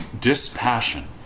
dispassion